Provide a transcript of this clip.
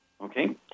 okay